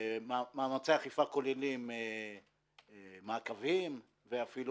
מאמצעי האכיפה כוללים מעקבים ואפילו